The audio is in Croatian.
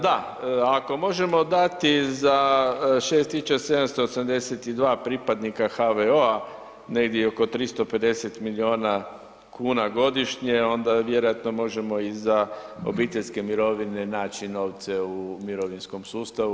Da, ako možemo dati za 6.782 pripadnika HVO-a negdje oko 350 milijuna kuna godišnje onda vjerojatno možemo i za obiteljske mirovine naći novce u mirovinskom sustavu.